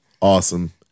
awesome